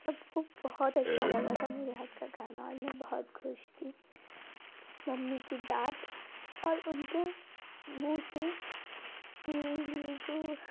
सबको बहुत अच्छा लगा था मेरे हाथ का खाना और मैं बहुत खुश थी बनने के बाद और उनके मुँह से मेरे लिए जो